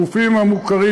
הגופים המוכרים,